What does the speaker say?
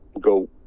go